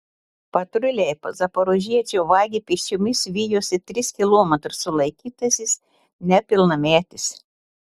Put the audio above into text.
patruliai zaporožiečio vagį pėsčiomis vijosi tris kilometrus sulaikytasis nepilnametis